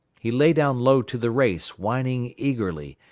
he lay down low to the race, whining eagerly,